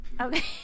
Okay